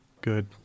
Good